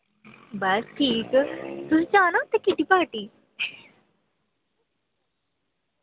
बस ठीक तुस जाना उत्थै किट्टी पार्टी